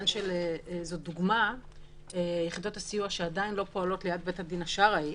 את יחידות הסיוע שעדיין לא פועלות ליד בית הדין השרעי.